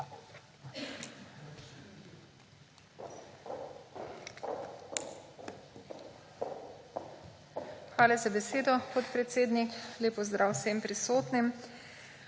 Hvala za besedo, podpredsednik. Lep pozdrav vsem prisotnim!